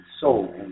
soul